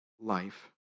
life